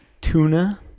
Tuna